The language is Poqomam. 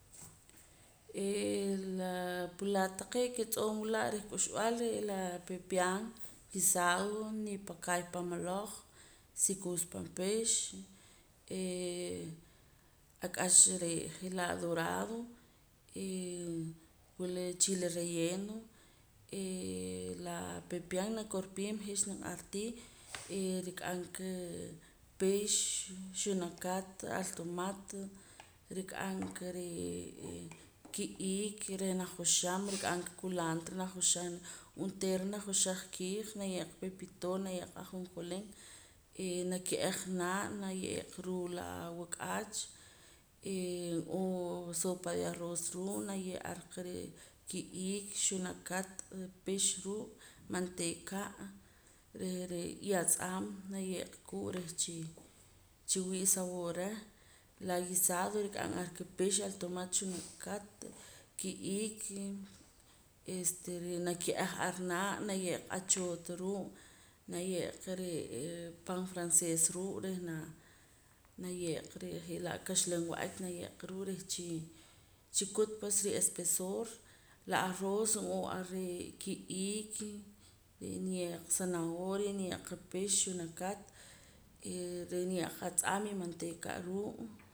Eeh la pulaata taqee' ke tz'oo nwila' reh k'uxb'al re' laa pepian guisado nipakaay pan maloj sikuux pan pix eh ak'ach je'laa' dorado eh wula chile relleno eh la pepian nakorpiim je' xniq'ar tii eh rik'am ka ripix xunakat altomat rik'am ka re' eh ki' iik reh najoxam rik'am ka kulaantra najoxam onteera najoxaj kiij naye'qa pepitoria ajonjolín eh nake'aj naa' na ye'qa ruu' la awak'aach eh n'oo sopa de arroz ruu' naye'ar qa ree' ki' iik xunakat pix ruu' mantee'ka' reh ree' y atz'aam naye'qa kuu' reh chi chiwii' sabor reh la guisado rik'am ka'ar pix altomat xunakat ki' iik este re' nake'aj ar naa' naye'qa achoota ruu' naye'qa re'ee pan frances ruu' reh naa naye'qa je'laa kaxlan wa'ak naye'qa ruu' reh chi chikut pues ri'espesor la arroz n'oo ar re' ki' iik niye'qa zanahoria niye'qa pix xunakat reh niye'qa atz'aam y mantee'ka ruu'